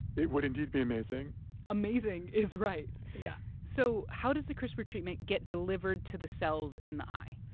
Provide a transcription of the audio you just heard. it would indeed be amazing amazing is right yeah so how does the crispr treatment get delivered to the cells in the eye?